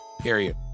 Period